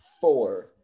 Four